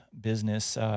business